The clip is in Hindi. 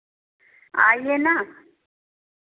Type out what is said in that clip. आइए ना